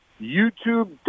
YouTube